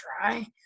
try